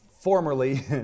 formerly